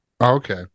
okay